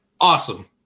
Awesome